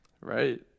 Right